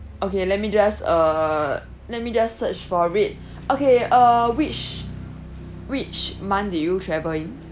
okay let me just err let me just search for it okay uh which which month did you travel in